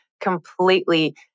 completely